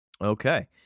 Okay